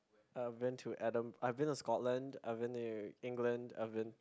I've been to Adam I've been to Scotland I've been to England I've been